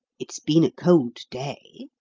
it's been a cold day!